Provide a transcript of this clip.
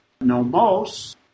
Nomos